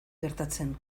gertatzen